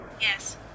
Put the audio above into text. Yes